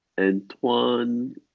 Antoine